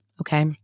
okay